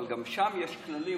אבל גם שם יש כללים,